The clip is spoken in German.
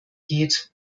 geht